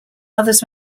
others